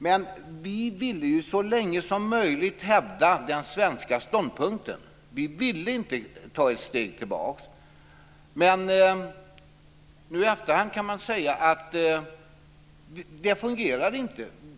Men vi ville ju så länge som möjligt hävda den svenska ståndpunkten. Vi ville inte ta ett steg tillbaka. Nu i efterhand kan man säga att det inte fungerade.